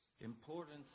importance